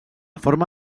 forma